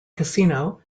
casino